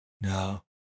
No